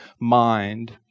mind